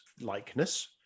likeness